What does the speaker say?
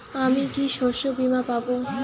আমি কি শষ্যবীমা পাব?